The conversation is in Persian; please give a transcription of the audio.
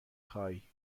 خوای